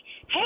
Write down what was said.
hey